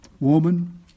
Woman